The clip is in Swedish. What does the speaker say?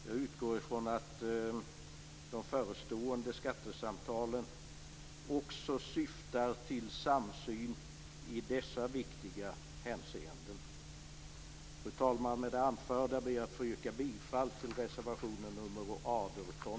Jag utgår ifrån att de förestående skattesamtalen också syftar till samsyn i dessa viktiga hänseenden. Fru talman! Med det anförda ber jag att få yrka bifall till reservation 18.